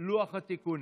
לוח התיקונים.